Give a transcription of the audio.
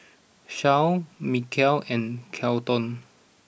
Charle Mykel and Kelton